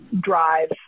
drive